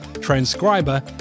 transcriber